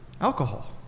alcohol